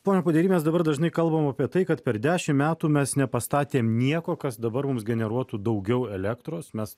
pone podery mes dabar dažnai kalbam apie tai kad per dešim metų mes nepastatėm nieko kas dabar mums generuotų daugiau elektros mes